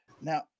Now